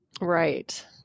Right